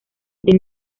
the